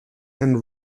and